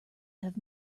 have